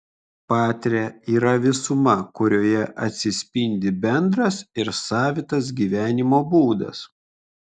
patria yra visuma kurioje atsispindi bendras ir savitas gyvenimo būdas